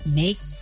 make